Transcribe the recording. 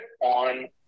on